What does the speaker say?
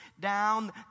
down